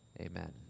Amen